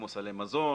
כמו סלי מזון,